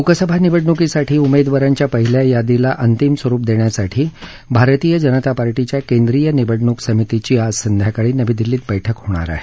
लोकसभा निवडणुकीसाठी उमेदवारांच्या पहिल्या यादीला अंतिम स्वरूप देण्यासाठी भारतीय जनता पार्टीच्या केंद्रीय निवडणूक समितिची आज संध्याकाळी नवी दिल्लीत बैठक होणार आहे